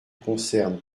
concerne